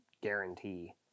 guarantee